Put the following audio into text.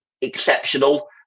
exceptional